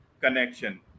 connection